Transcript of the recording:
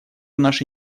наши